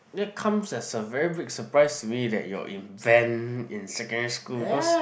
that comes as a very big surprise to me that you're in band in secondary school because